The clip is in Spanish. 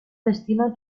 destino